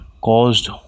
caused